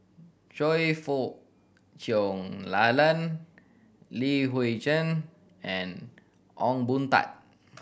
Choe Fook Cheong Alan Li Hui Cheng and Ong Boon Tat